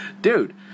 Dude